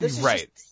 Right